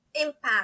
impact